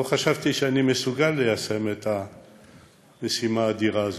לא חשבתי שאני מסוגל ליישם את המשימה האדירה הזאת,